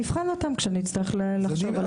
נבחן אותם כשנצטרך לחשוב על הסדר חלופי.